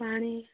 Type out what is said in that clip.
ପାଣି